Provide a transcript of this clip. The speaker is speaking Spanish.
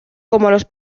los